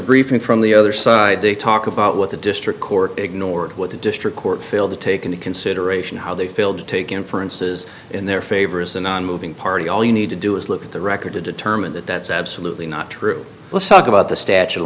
briefing from the other side to talk about what the district court ignored what the district court failed to take into consideration how they failed to take inferences in their favor is the nonmoving party all you need to do is look at the record to determine that that's absolutely not true let's talk about the statue of